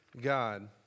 God